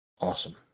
Awesome